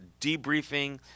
debriefing